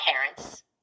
parents